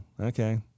okay